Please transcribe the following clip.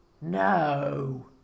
no